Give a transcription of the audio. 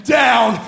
down